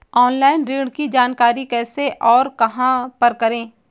Online ऋण की जानकारी कैसे और कहां पर करें?